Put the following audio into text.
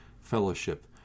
fellowship